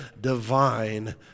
divine